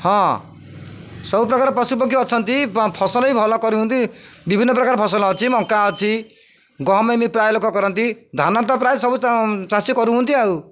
ହଁ ସବୁପ୍ରକାର ପଶୁପକ୍ଷୀ ଅଛନ୍ତି ଫସଲ ବି ଭଲ କରୁଛନ୍ତି ବିଭିନ୍ନ ପ୍ରକାର ଫସଲ ଅଛି ମକା ଅଛି ଗହମ ବି ପ୍ରାୟ ଲୋକ କରନ୍ତି ଧାନ ତ ପ୍ରାୟ ସବୁ ଚାଷୀ କରୁଛନ୍ତି ଆଉ